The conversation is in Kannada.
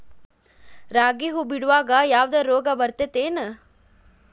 ರಾಗಿ ಹೂವು ಬಿಡುವಾಗ ಯಾವದರ ರೋಗ ಬರತೇತಿ ಏನ್?